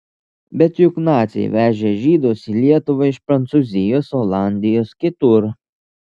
bet juk naciai vežė žydus į lietuvą iš prancūzijos olandijos kitur